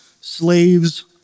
slaves